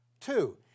Two